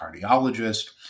cardiologist